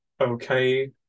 okay